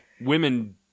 Women